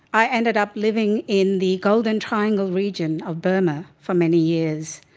i ended up living in the golden triangle region of burma for many years.